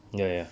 ya ya